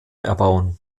erbauen